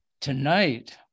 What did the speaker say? Tonight